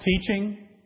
Teaching